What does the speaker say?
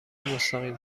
مستقیم